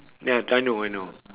ya I know I know